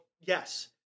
yes